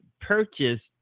purchased